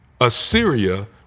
Assyria